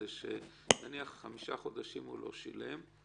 נניח חמישה חודשים הוא לא שילם,